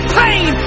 pain